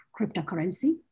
cryptocurrency